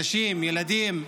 נשים, ילדים,